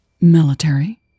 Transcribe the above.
Military